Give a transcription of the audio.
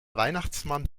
weihnachtsmann